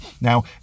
Now